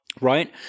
right